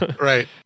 right